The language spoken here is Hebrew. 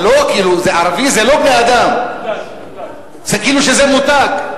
ערבי זה לא בן-אדם, כאילו זה מותר.